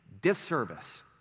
disservice